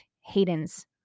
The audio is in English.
hayden's